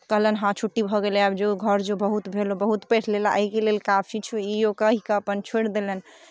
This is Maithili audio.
कहलनि हँ छुट्टी भऽ गेलै आब जो घर जो बहुत भेलहु बहुत पढ़ि लेलेँ आइके लेल काफी छौ ई ओ कहि कऽ अपन छोड़ि देलनि